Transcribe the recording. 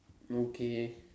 okay